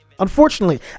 Unfortunately